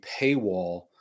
paywall